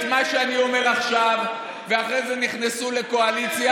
את מה שאני אומר עכשיו ואחרי זה נכנסו לקואליציה,